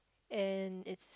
and it's